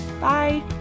Bye